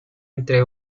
entre